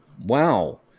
Wow